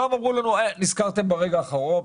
כי שם אמרו לנו: "נזכרתם ברגע האחרון",